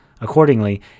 Accordingly